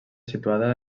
situada